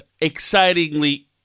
excitingly